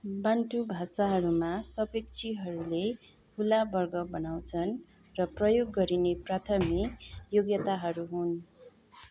Bantu भाषाहरूमा सपेक्षीहरूले खुला वर्ग बनाउँछन् र प्रयोग गरिने प्राथमिक योग्यताहरू हुन्